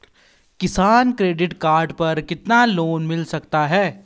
किसान credit card पर कितना लोंन मिल सकता है?